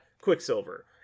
quicksilver